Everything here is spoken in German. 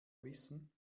wissen